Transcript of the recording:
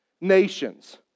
nations